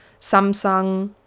samsung